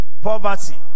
poverty